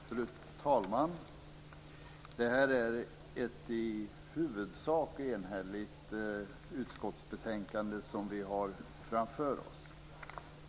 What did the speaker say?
Fru talman! Det är ett i huvudsak enhälligt utskottsbetänkande som vi nu har framför oss.